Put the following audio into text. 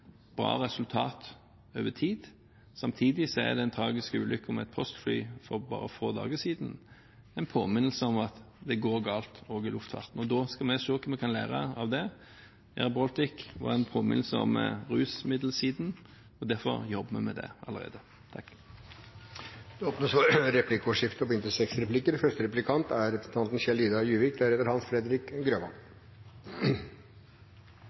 bra resultater over tid. Samtidig er den tragiske ulykken med et postfly for bare få dager siden en påminnelse om at det går galt også i luftfarten, og vi skal se hva vi kan lære av det. Air Baltic-saken var en påminnelse om rusmiddelsiden, og derfor jobber vi med det allerede. Det blir replikkordskifte. Jeg registrerer at vi er veldig enig om at dette er